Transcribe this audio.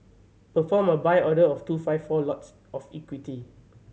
perform a Buy order of two five four lots of equity